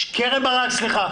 קרן ברק, סליחה.